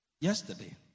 Yesterday